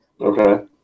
Okay